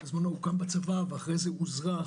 הוא הוקם בצבא ואז אוזרח,